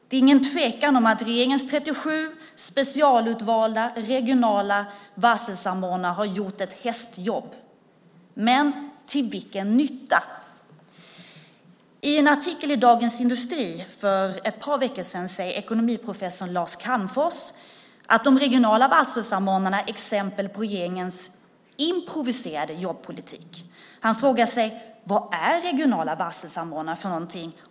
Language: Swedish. Det är ingen tvekan om att regeringens 37 specialutvalda regionala varselsamordnare har gjort ett hästjobb. Men till vilken nytta? I en artikel i Dagens Industri för ett par veckor sedan säger ekonomiprofessor Lars Calmfors att de regionala varselsamordnarna är exempel på regeringens improviserade jobbpolitik. Han frågar sig: "Vad är regionala varselsamordnare för någonting?"